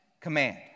command